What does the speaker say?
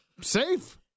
Safe